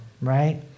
Right